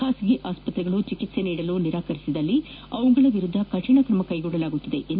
ಖಾಸಗಿ ಆಸ್ಪತ್ರೆಗಳು ಚಿಕಿತ್ಸೆ ನೀಡಲು ನಿರಾಕರಿಸಿದರೆ ಅವುಗಳ ವಿರುದ್ದ ಕಠಿಣ ಕ್ರಮ ಕೈಗೊಳ್ಳಲಾಗುವುದೆಂದು ಡಾ